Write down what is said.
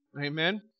Amen